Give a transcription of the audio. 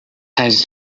has